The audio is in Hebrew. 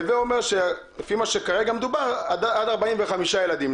הווי אומר, לפי מה שכרגע מדובר, עד 45 ילדים.